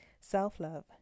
Self-love